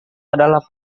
adalah